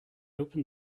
opened